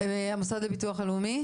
אדוני מן המוסד לביטוח לאומי,